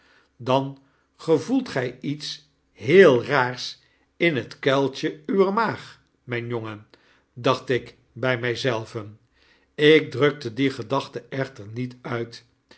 dan gevoelt gg iets heel raars in het kuiltje uwer maag mgn jongen dacht ik bijmjjzelven ik drukte die gedachte echter niet uit